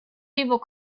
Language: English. people